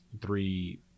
three